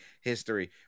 History